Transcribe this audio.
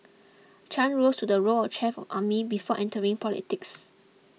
Chan rose to the role of chief of army before entering politics